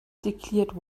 declared